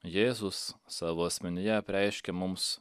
jėzus savo asmenyje apreiškė mums